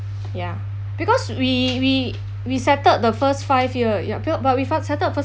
ya because we we we settled the first five year ya felt but we felt settled first